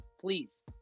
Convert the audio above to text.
Please